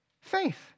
faith